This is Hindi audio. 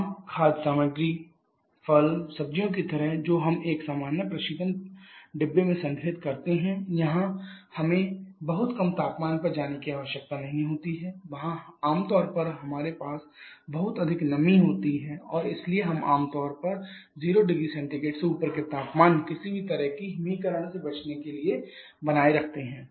आम खाद्य सामग्री फल सब्जियों की तरह जो हम एक सामान्य प्रशीतन डिब्बे में संग्रहीत करते हैं वहां हमें बहुत कम तापमान पर जाने की आवश्यकता नहीं होती है वहां आम तौर पर हमारे पास बहुत अधिक नमी होती है और इसलिए हम आमतौर पर 0 0C से ऊपर के तापमान किसी भी तरह की हिमीकरण से बचने के लिए बनाए रखते हैं